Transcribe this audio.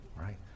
right